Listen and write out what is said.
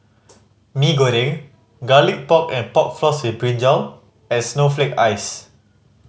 Mee Goreng Garlic Pork and Pork Floss with brinjal and snowflake ice